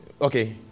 Okay